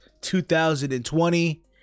2020